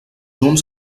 uns